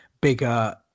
bigger